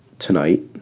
Tonight